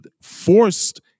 forced